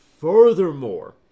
Furthermore